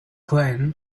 cohen